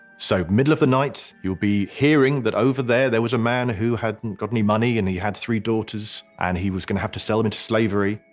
so middle of the night, you'll be hearing that over there there was a man who hadn't got any money and he had three daughters, and he was gonna have to sell them into slavery,